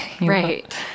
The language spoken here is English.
Right